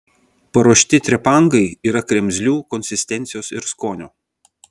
paruošti trepangai yra kremzlių konsistencijos ir skonio